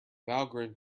valgrind